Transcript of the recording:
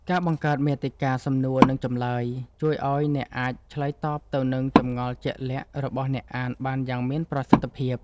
ការបង្កើតមាតិកាសំណួរនិងចម្លើយ ជួយឱ្យអ្នកអាចឆ្លើយតបទៅនឹងចម្ងល់ជាក់លាក់របស់អ្នកអានបានយ៉ាងមានប្រសិទ្ធភាព។